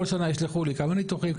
כל שנה ישלחו לי כמה ניתוחים,